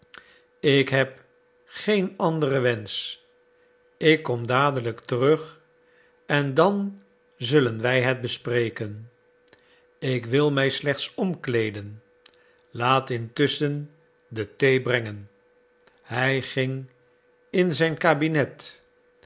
ik heb geen anderen wensch ik kom dadelijk terug en dan zullen wij het bespreken ik wil mij slechts omkleeden laat intusschen de thee brengen hij ging in zijn kabinet